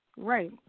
right